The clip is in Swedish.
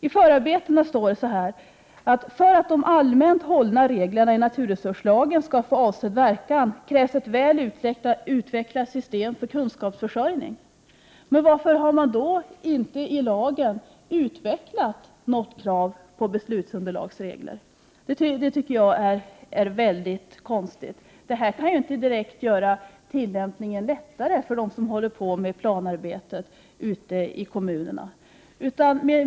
I förarbetena står: ”För att de allmänt hållna reglerna i naturresurslagen skall få avsedd verkan krävs ett väl utvecklat system för kunskapsförsörjning.” Varför har man inte i lagen utvecklat något krav på beslutsunderlagsregler? Det tycker jag är mycket konstigt. Det kan inte direkt göra tillämpningen lättare för dem som håller på med planarbete ute i kommunerna.